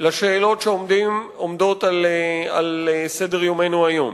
לשאלות שעומדות על סדר-יומנו היום.